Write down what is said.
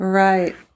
right